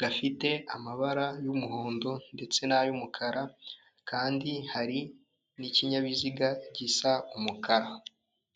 gafite amabara y'umuhondo ndetse n'ay'umukara kandi hari n'ikinyabiziga gisa umukara.